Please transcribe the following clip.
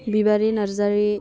Bibari Narzary